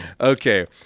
Okay